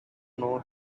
know